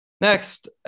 Next